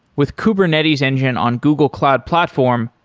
with kubernetes engine on google cloud platform,